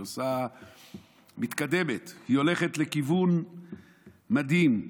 היא מתקדמת, היא הולכת לכיוון מדהים.